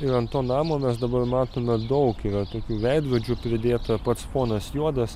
ir ant to namo mes dabar matome daug yra tokių veidrodžių pridėta pats fonas juodas